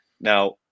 Now